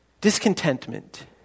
Discontentment